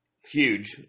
huge